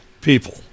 people